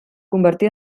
convertí